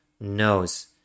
knows